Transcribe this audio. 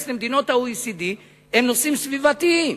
למדינות ה-OECD הם נושאים סביבתיים,